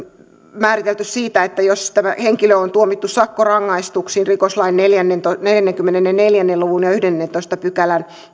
määritelty se että jos tämä henkilö on tuomittu sakkorangaistukseen rikoslain neljänkymmenenneljän luvun yhdennessätoista pykälässä